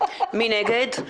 נגד,